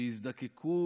שיזדקקו